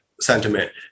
sentiment